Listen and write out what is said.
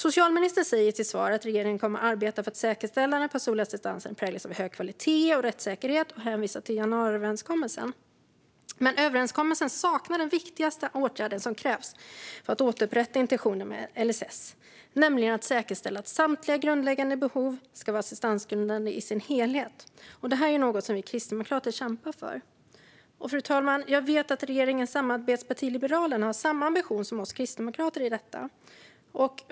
Socialministern säger i sitt interpellationssvar att regeringen kommer att arbeta för att "säkerställa att den personliga assistansen präglas av hög kvalitet och rättssäkerhet". Hon hänvisar också till januariöverenskommelsen. Men överenskommelsen saknar den viktigaste åtgärd som krävs för att återupprätta intentionen med LSS, nämligen att säkerställa att samtliga grundläggande behov ska vara assistansgrundande i sin helhet. Det här är något som vi kristdemokrater kämpar för. Fru talman! Jag vet att regeringens samarbetsparti Liberalerna har samma ambition som vi kristdemokrater i detta.